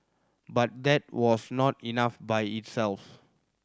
but that was not enough by itself